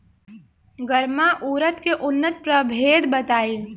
गर्मा उरद के उन्नत प्रभेद बताई?